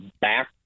back